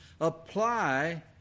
apply